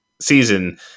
season